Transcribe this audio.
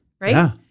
right